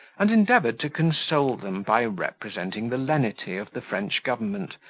and endeavoured to console them by representing the lenity of the french government,